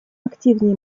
активнее